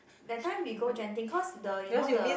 that time we go Genting cause the you know the